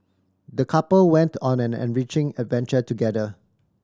the couple went on an enriching adventure together